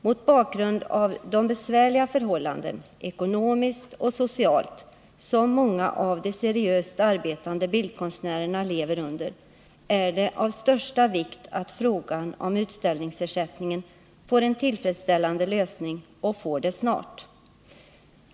Mot bakgrund av de besvärliga förhållanden, ekonomiskt och socialt, som många av de seriöst arbetande bildkonstnärerna lever under är det av största vikt att frågan om utställningsersättning får en tillfredsställande lösning och får det snart.